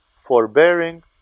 forbearing